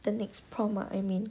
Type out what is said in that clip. the next prompt ah I mean